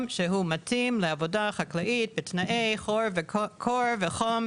שהוא מתאים לעבודה חקלאית בתנאי קור וחום,